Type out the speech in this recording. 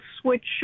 switch